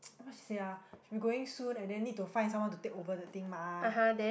what she say ah she'll be going soon and then need to find someone to take over the thing mah